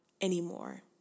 anymore